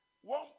One